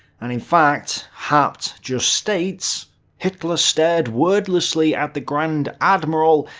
and in fact, haupt just states hitler stared wordlessly at the grand admiral,